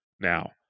now